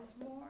more